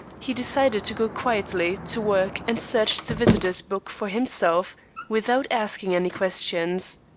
he decided to go quietly to work and search the visitors' book for himself without asking any questions.